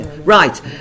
right